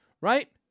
right